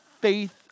faith